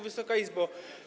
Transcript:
Wysoka Izbo!